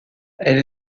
elle